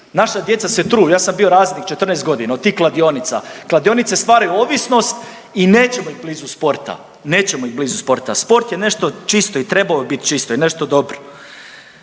Naša djeca se truju, ja sam bio razrednik 14 godina od tih kladionica, kladionice stvaraju ovisnost i nećemo ih blizu sporta, nećemo ih blizu sporta. Sport je nešto čisto i trebao bi bit čisto i nešto dobro.